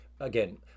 again